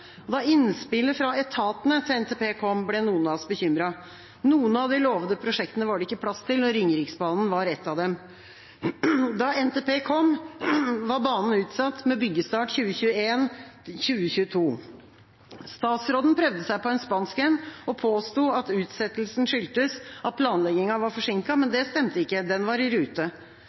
Da innspillet fra etatene til NTP kom, ble noen av oss bekymret. Noen av de lovede prosjektene var det ikke plass til, og Ringeriksbanen var ett av dem. Da NTP kom, var banen utsatt, med byggestart 2021/2022. Statsråden prøvde seg på en spansk en og påsto at utsettelsen skyldtes at planleggingen var forsinket, men det stemte ikke. Den var i rute.